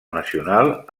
nacional